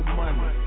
money